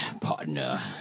partner